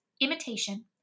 imitation